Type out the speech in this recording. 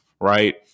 right